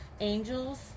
angels